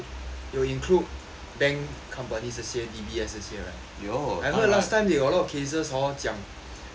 有 include bank companies 这些 D_B_S 这些 right I heard last time they got a lot of cases hor 讲